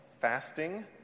fasting